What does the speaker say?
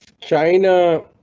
China